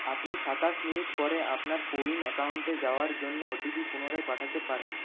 আপনি সাতাশ মিনিট পরে আপনার কোউইন অ্যাকাউন্টে যাওয়ার জন্য ওটিপি পুনরায় পাঠাতে পারেন